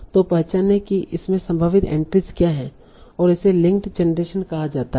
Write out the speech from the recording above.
तों पहचानें कि इसमें संभावित एंट्रीज़ क्या हैं और इसे लिंक जेनरेशन कहा जाता है